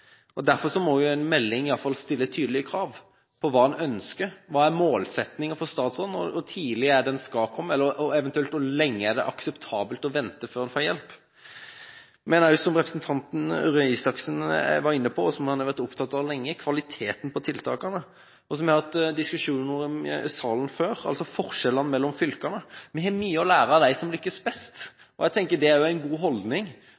på. Derfor må en melding iallfall stille tydelige krav på hva en ønsker. Hva er målsettingen for statsråden? Hvor tidlig skal hjelpen komme? Eller eventuelt: Hvor lenge er det akseptabelt å vente før en får hjelp? Det samme gjelder det som representanten Røe Isaksen var inne på, og som han har vært opptatt av lenge – kvaliteten på tiltakene. Og det som vi har hatt diskusjoner om i denne salen før – forskjellen mellom fylkene. Vi har mye å lære av dem som lykkes best. Jeg tenker at det er en god holdning,